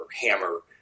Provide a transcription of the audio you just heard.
hammer